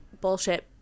bullshit